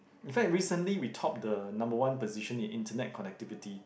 in fact recently we topped the number one position in internet connectivity